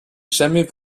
jamais